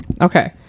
Okay